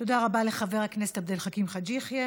תודה רבה לחבר הכנסת עבד אל חכים חאג' יחיא.